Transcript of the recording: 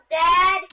Dad